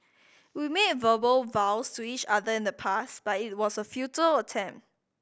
we made verbal vows to each other in the past but it was a futile attempt